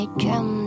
drum